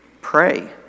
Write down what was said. pray